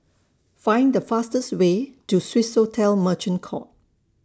Find The fastest Way to Swissotel Merchant Court